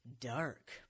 dark